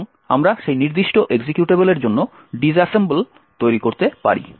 এবং আমরা সেই নির্দিষ্ট এক্সিকিউটেবলের জন্য ডিস অ্যাসেম্বল তৈরি করতে পারি